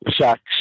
sex